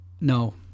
No